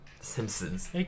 Simpsons